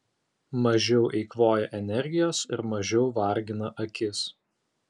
mažiau eikvoja energijos ir mažiau vargina akis